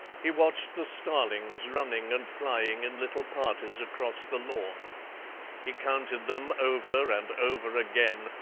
he watched the starlings running and flying in little parties across the lawn he counted them over and over again,